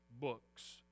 books